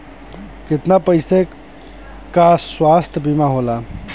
कितना पैसे का स्वास्थ्य बीमा होला?